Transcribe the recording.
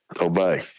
obey